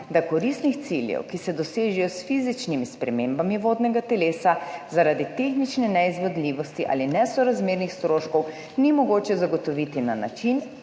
da koristnih ciljev, ki se dosežejo s fizičnimi spremembami vodnega telesa, zaradi tehnične neizvedljivosti ali nesorazmernih stroškov ni mogoče zagotoviti na način,